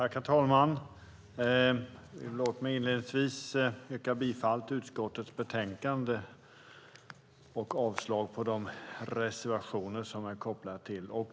Herr talman! Låt mig inledningsvis yrka bifall till förslaget i utskottets betänkande och avslag på de reservationer som är kopplade till det.